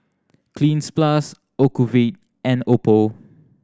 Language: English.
Cleanz Plus Ocuvite and Oppo